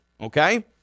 okay